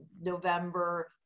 November